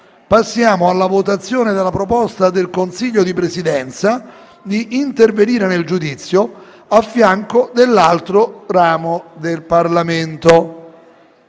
simultaneo della proposta del Consiglio di Presidenza di intervenire nel giudizio a fianco dell'altro ramo del Parlamento.